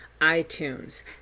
iTunes